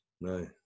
no